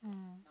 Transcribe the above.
mm